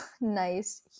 nice